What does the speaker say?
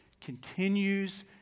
continues